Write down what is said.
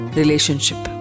relationship